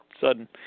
sudden